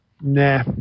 Nah